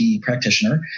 practitioner